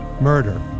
Murder